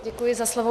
Děkuji za slovo.